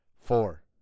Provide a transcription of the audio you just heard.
Four